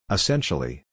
Essentially